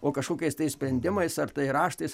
o kažkokiais tais sprendimais ar tai raštais